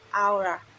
aura